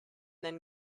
then